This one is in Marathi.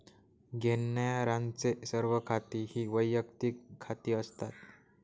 घेण्यारांचे सर्व खाती ही वैयक्तिक खाती असतात